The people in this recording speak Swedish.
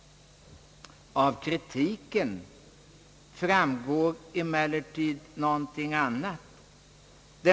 Av kritiken framgår emellertid någonting annat.